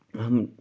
हम